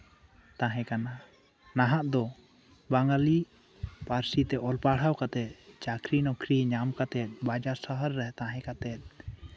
ᱛᱟᱦᱮᱸᱠᱟᱱᱟ ᱱᱟᱦᱟᱜ ᱫᱚ ᱵᱟᱝᱟᱞᱤ ᱯᱟᱹᱨᱥᱤ ᱛᱮ ᱚᱞ ᱯᱟᱲᱦᱟᱣ ᱠᱟᱛᱮᱫ ᱪᱟᱠᱨᱚᱼᱱᱚᱠᱨᱤ ᱧᱟᱢ ᱠᱟᱛᱮᱫ ᱵᱟᱡᱟᱨᱼᱥᱟᱦᱟᱨ ᱨᱮ ᱛᱟᱦᱮᱸ ᱠᱟᱛᱮᱫ